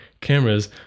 cameras